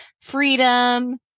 freedom